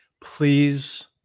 Please